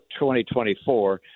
2024